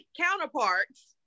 counterparts